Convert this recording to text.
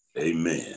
Amen